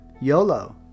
YOLO